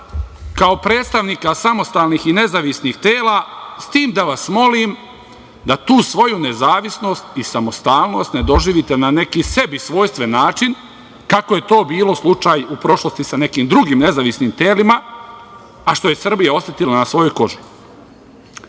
kao predstavnika samostalnih i nezavisnih tela, s tim da vas molim da tu svoju nezavisnost i samostalnost ne doživite na neki sebi svojstven način, kako je to bio slučaj u prošlosti sa nekim drugim nezavisnim telima, a što je Srbija osetila na svojoj